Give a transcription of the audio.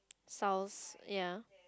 Sal's ya